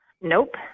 Nope